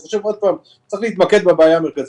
צריך להתמקד בבעיה המרכזית.